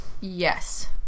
Yes